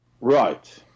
Right